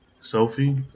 Sophie